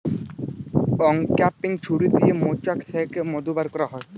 uncapping ছুরি দিয়ে মোচাক থ্যাকে মধু ব্যার ক্যারা হয়